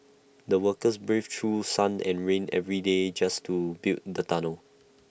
the workers braved through sun and rain every day just to build the tunnel